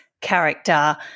character